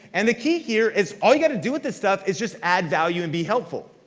and the key here is all you gotta do with this stuff is just add value and be helpful.